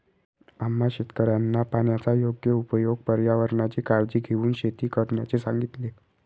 आम्हा शेतकऱ्यांना पाण्याचा योग्य उपयोग, पर्यावरणाची काळजी घेऊन शेती करण्याचे सांगितले